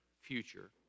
future